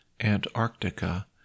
Antarctica